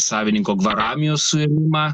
savininko gvaramios suėmimą